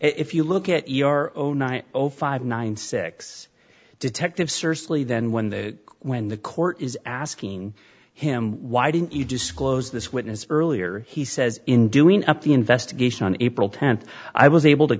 if you look at your own night oh five nine six detective certainly then when the when the court is asking him why didn't you disclose this witness earlier he says in doing up the investigation on april tenth i was able to